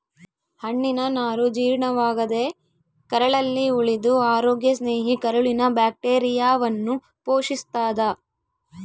ಹಣ್ಣಿನನಾರು ಜೀರ್ಣವಾಗದೇ ಕರಳಲ್ಲಿ ಉಳಿದು ಅರೋಗ್ಯ ಸ್ನೇಹಿ ಕರುಳಿನ ಬ್ಯಾಕ್ಟೀರಿಯಾವನ್ನು ಪೋಶಿಸ್ತಾದ